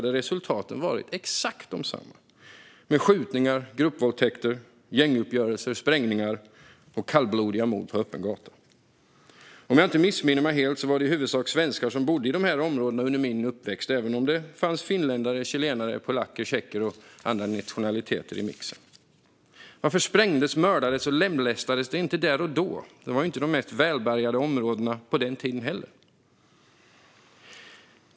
Det hade varit skjutningar, gruppvåldtäkter, gänguppgörelser, sprängningar och kallblodiga mord på öppen gata. Om jag inte missminner mig helt var det i huvudsak svenskar som bodde i dessa områdena under min uppväxt, även om det fanns finländare, chilenare, polacker, tjecker och andra nationaliteter i mixen. Varför sprängdes, mördades och lemlästades det inte där då? Det var ju inte de mest välbärgade områdena på den tiden heller.